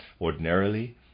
ordinarily